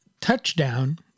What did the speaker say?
touchdown